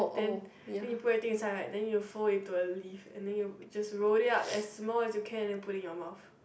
then then you put everything inside right then you fold into a leaf and then you just roll it up as small as you can and put it in your mouth